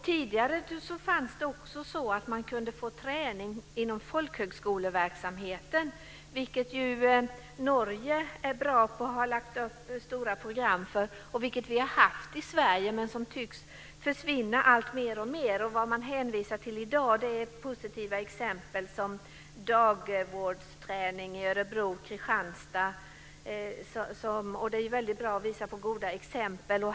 Tidigare var det möjligt att få träning inom folkhögskoleverksamheten, vilket Norge är bra på. Där har man lagt upp stora program för det. Vi har haft det tidigare i Sverige, men det tycks försvinna alltmer och mer. I dag hänvisar man till positiva exempel som dagvårdsträning i Örebro och i Kristianstad. Det är väldigt bra att visa på goda exempel.